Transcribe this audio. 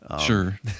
Sure